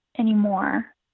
Anymore